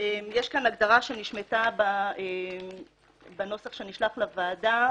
יש כאן הגדרה שנשמטה בנוסח שנשלח לוועדה,